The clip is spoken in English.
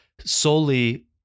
solely